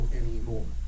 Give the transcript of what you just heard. anymore